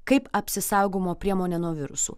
kaip apsisaugojimo priemonė nuo virusų